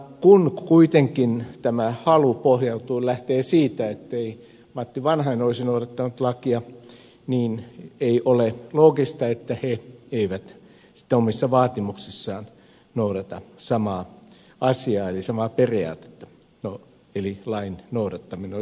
kun kuitenkin tämä halu pohjautuu ja lähtee siitä näkemyksestä että matti vanhanen ei olisi noudattanut lakia niin ei ole loogista että he eivät sitten omissa vaatimuksissaan noudata samaa asiaa eli samaa periaatetta eli sitä että lain noudattaminen on tärkeää